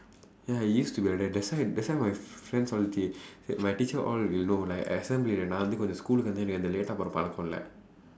ya it used to be like that that's why that's why my friends all T_A my teacher all you know right assemblyillae வந்து:vandthu late-aa போகுற பழக்கம் எல்லாம் இல்ல:pookura pazhakkam ellaam illa